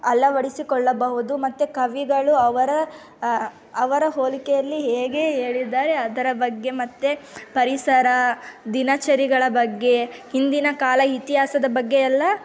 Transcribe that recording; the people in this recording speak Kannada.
ಅಳವಡಿಸಿಕೊಳ್ಳಬಹುದು ಮತ್ತು ಕವಿಗಳು ಅವರ ಅವರ ಹೋಲಿಕೆಯಲ್ಲಿ ಹೇಗೆ ಹೇಳಿದ್ದಾರೆ ಅದರ ಬಗ್ಗೆ ಮತ್ತು ಪರಿಸರ ದಿನಚರಿಗಳ ಬಗ್ಗೆ ಹಿಂದಿನ ಕಾಲ ಇತಿಹಾಸದ ಬಗ್ಗೆ ಎಲ್ಲ